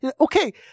Okay